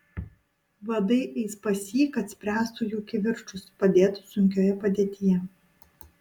vadai eis pas jį kad spręstų jų kivirčus padėtų sunkioje padėtyje